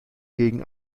gegen